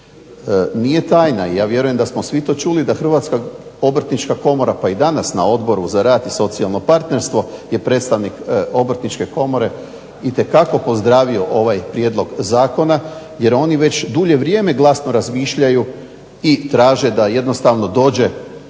Nije tajna, ja vjerujem da smo svi to čuli da Hrvatska obrtnička komora pa i danas na Odboru za rad i socijalno partnerstvo je predstavnik Obrtničke komore itekako pozdravio ovaj prijedlog zakona jer oni već dulje vrijeme glasno razmišljaju i traže da jednostavno dođe,